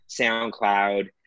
SoundCloud